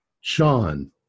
Sean